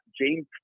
James